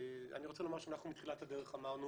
אני רוצה לומר שאנחנו מתחילת הדרך אמרנו